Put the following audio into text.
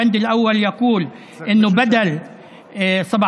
בסעיף הראשון נכתב שבמקום 17.7%